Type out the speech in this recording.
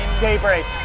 daybreak